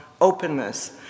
openness